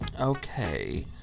Okay